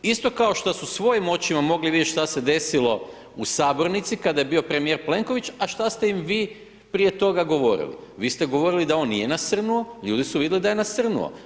Isto kao što su svojim očima, mogli vidjeti šta se desilo u sabornici, kada je bio premjer Plenković, a šta ste im vi prije toga govorili, vi ste govorili da on nije nasrnuo, ljudi su vidli da je nasrnuo.